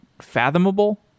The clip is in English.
fathomable